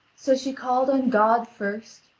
so she called on god first,